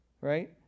right